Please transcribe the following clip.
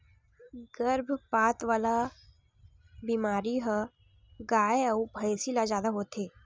गरभपात वाला बेमारी ह गाय अउ भइसी ल जादा होथे